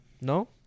No